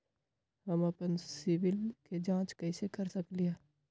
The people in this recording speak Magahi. हम अपन सिबिल के जाँच कइसे कर सकली ह?